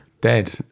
Dead